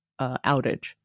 outage